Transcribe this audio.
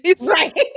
Right